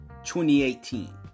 2018